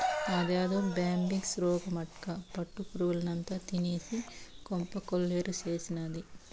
అదేదో బ్యాంబిక్స్ రోగమటక్కా పట్టు పురుగుల్నంతా తినేసి కొంప కొల్లేరు చేసినాది